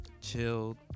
chilled